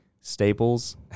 Staples